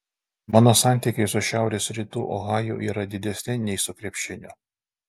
mano santykiai su šiaurės rytų ohaju yra didesni nei su krepšiniu